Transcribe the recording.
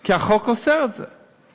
כי החוק אוסר את זה.